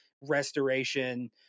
restoration